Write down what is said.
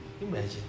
imagine